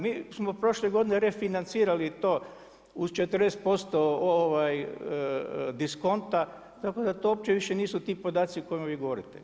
Mi smo prošle godine refinancirali to u 40% diskonta tako da to uopće više nisu ti podaci o kojima vi govorite.